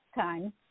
time